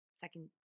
second